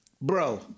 Bro